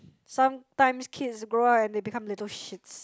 sometimes kids grow up and they become little shits